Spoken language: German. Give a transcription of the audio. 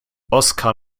oscar